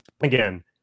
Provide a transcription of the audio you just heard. Again